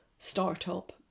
startup